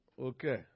Okay